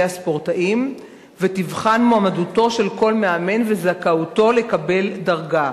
הספורטאים ותבחן את מועמדותו של כל מאמן ואת זכאותו לקבל דרגה.